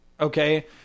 Okay